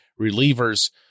relievers